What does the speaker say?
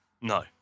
no